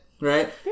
right